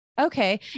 Okay